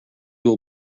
will